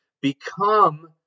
become